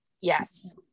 yes